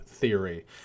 Theory